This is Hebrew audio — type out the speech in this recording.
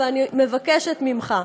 אז אני ממש מבקשת ממך,